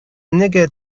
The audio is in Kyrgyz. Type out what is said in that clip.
эмнеге